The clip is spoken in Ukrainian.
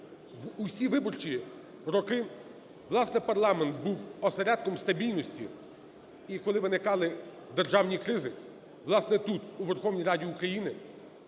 усі виборчі роки, власне, парламент був осередком стабільності. І коли виникали державні кризи, власне, тут, у Верховній Раді України